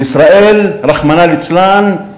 בישראל, רחמנא ליצלן,